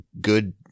good